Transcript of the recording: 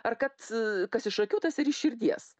ar kad kas iš akių tas ir iš širdies